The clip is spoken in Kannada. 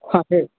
ಹಾಂ ಹೇಳಿ